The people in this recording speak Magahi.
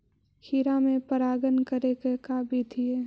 खिरा मे परागण करे के का बिधि है?